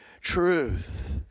truth